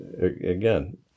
again